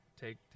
take